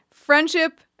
Friendship